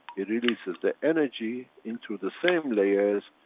it releases the energy into the same layers.